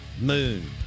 Moon